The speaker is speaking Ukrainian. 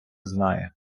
знає